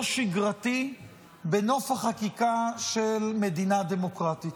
שגרתי בנוסח חקיקה של מדינה דמוקרטית.